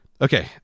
okay